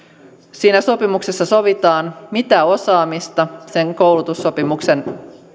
siinä sopimuksessa sovitaan mitä osaamista sen koulutussopimuksen